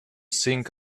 think